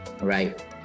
right